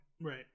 Right